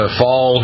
fall